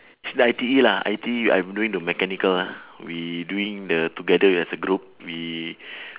say I_T_E lah I_T_E I'm doing the mechanical ah we doing the together as a group we